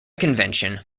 convention